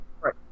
Right